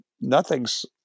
Nothing's